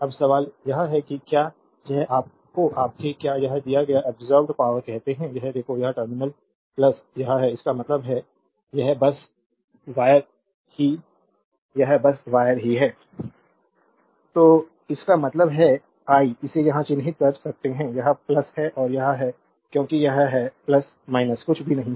अब सवाल यह है कि क्या यह आपके क्या यह दिया या अब्सोर्बेद पावरकहते हैं अब देखो इस टर्मिनल यह है इसका मतलब है यह बस वायर ही यह बस वायर ही है तो इसका मतलब है आई इसे यहां चिह्नित कर सकते है यह है और यह है क्योंकि यह है कुछ भी नहीं है